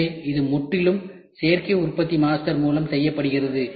எனவே இது முற்றிலும் சேர்க்கை உற்பத்தி மாஸ்டர் மூலம் செய்யப்படுகிறது